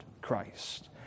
Christ